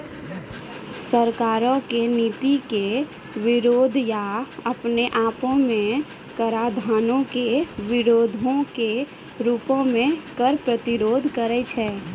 सरकारो के नीति के विरोध या अपने आपो मे कराधानो के विरोधो के रूपो मे कर प्रतिरोध करै छै